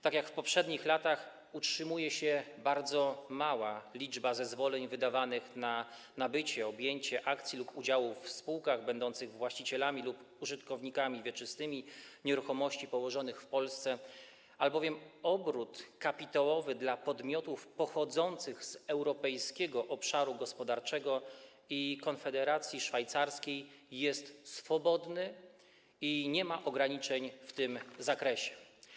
Tak jak w poprzednich latach utrzymuje się bardzo mała liczba wydawanych zezwoleń na nabycie, objęcie akcji lub udziałów w spółkach będących właścicielami lub użytkownikami wieczystymi nieruchomości położonych w Polsce, albowiem obrót kapitałowy dla podmiotów pochodzących z Europejskiego Obszaru Gospodarczego i Konfederacji Szwajcarskiej jest swobodny i nie ma ograniczeń w tym zakresie.